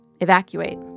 Evacuate